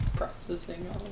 processing